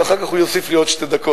ואז הוא יוסיף לי עוד שתי דקות,